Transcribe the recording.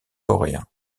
coréen